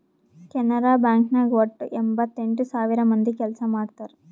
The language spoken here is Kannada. ಕೆನರಾ ಬ್ಯಾಂಕ್ ನಾಗ್ ವಟ್ಟ ಎಂಭತ್ತೆಂಟ್ ಸಾವಿರ ಮಂದಿ ಕೆಲ್ಸಾ ಮಾಡ್ತಾರ್